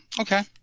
okay